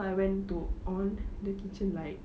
so I went to on the kitchen lights